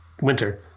Winter